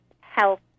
health